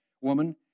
woman